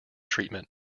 treatment